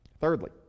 thirdly